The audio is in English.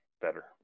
better